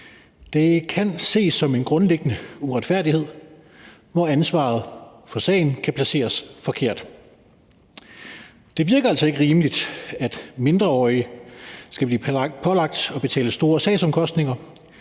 Det kan ses som en grundlæggende uretfærdighed, hvor ansvaret for sagen kan placeres forkert. Det virker altså ikke rimeligt, at mindreårige skal blive pålagt at betale store sagsomkostninger,